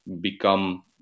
become